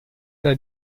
era